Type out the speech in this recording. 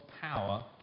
power